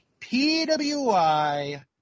PWI